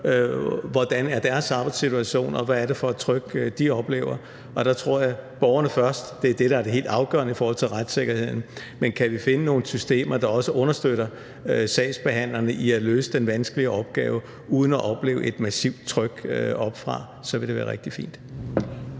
Hvordan er deres arbejdssituation, og hvad er det for et tryk, de oplever? Og der tror jeg, at det skal være borgerne først – det er det, der er det helt afgørende i forhold til retssikkerheden – men kan vi finde nogle systemer, der også understøtter sagsbehandlerne i at løse den vanskelige opgave uden at opleve et massivt tryk oppefra, så vil det være rigtig fint.